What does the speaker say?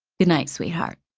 good night, sweetheart,